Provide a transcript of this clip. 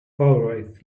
always